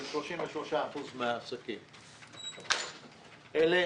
33% מן העסקים הוא 20%. אלה